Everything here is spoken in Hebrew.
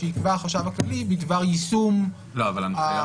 שיקבע החשב הכללי בדבר יישום התקנות.